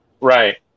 Right